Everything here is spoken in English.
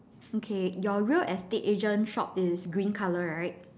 okay your real estate agent shop is green colour right